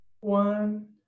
one